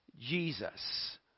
Jesus